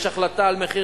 יש החלטה על מחיר,